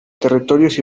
territorios